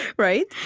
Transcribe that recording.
right?